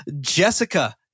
Jessica